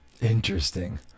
Interesting